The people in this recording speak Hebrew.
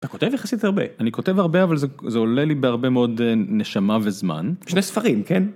אתה כותב יחסית הרבה אני כותב הרבה אבל זה עולה לי בהרבה מאוד נשמה וזמן שני ספרים כן.